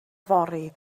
fory